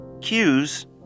cues